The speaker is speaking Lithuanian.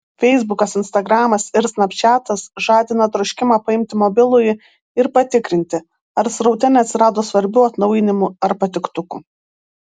feisbukas instagramas ir snapčiatas žadina troškimą paimti mobilųjį ir patikrinti ar sraute neatsirado svarbių atnaujinimų ar patiktukų